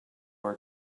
are